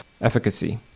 efficacy